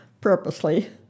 Purposely